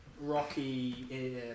rocky